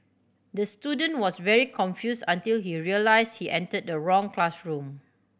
the student was very confuse until he realise he entered the wrong classroom